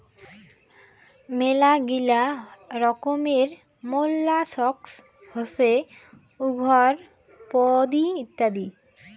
মেলাগিলা রকমের মোল্লাসক্স হসে উভরপদি ইত্যাদি